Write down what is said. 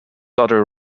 other